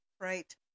Right